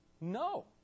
No